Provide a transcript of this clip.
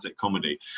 comedy